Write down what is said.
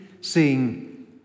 seeing